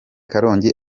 karongi